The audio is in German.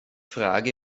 frage